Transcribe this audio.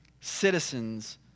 citizens